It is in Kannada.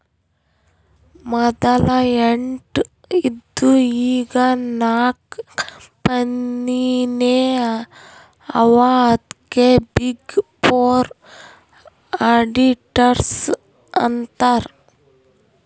ಮದಲ ಎಂಟ್ ಇದ್ದು ಈಗ್ ನಾಕ್ ಕಂಪನಿನೇ ಅವಾ ಅದ್ಕೆ ಬಿಗ್ ಫೋರ್ ಅಡಿಟರ್ಸ್ ಅಂತಾರ್